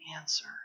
answer